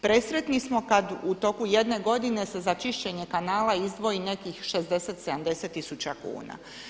Presretni smo kad u toku jedne godine se za čišćenje kanala izdvoji nekih 60, 70 tisuća kuna.